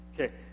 Okay